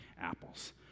apples